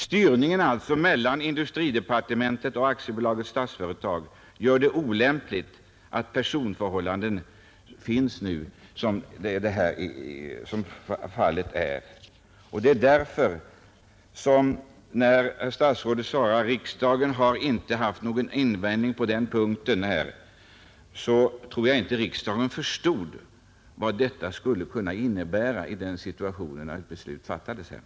Styrningen mellan industridepartementet och AB Statsföretag gör att det är olämpligt att låta en statlig tjänsteman vara styrelseledamot i ett statligt bolag. Statsrådet säger i sitt svar: ”Riksdagen hade inte någon invändning på denna punkt.” Jag tror inte att riksdagen när beslutet fattades förstod vad det skulle kunna innebära.